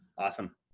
Awesome